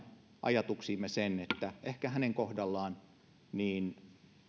ajatuksiimme sen että ehkä hänen kohdallaan